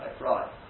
Right